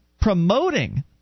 promoting